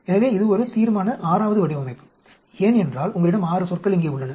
எனவே இது ஒரு தீர்மான 6 வது வடிவமைப்பு ஏனென்றால் உங்களிடம் 6 சொற்கள் இங்கே உள்ளன